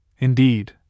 indeed